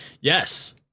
Yes